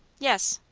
yes.